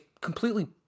completely